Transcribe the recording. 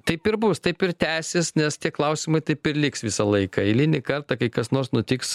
taip ir bus taip ir tęsis nes tie klausimai taip ir liks visą laiką eilinį kartą kai kas nors nutiks